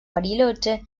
bariloche